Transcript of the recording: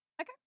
Okay